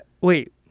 Wait